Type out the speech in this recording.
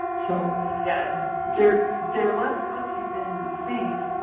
so yeah they're they're less fussy than you think,